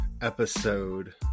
episode